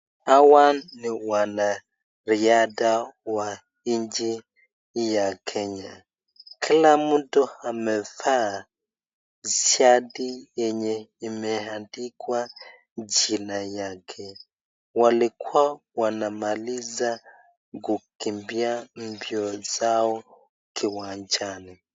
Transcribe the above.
Hawa ni wanariadha wa nchi ya Kenya, kila mtu amevaa shirt yenye imeandikwa jina yake, walikuwa wanamaliza kukimbia mbio zao kiwanjani.